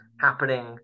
happening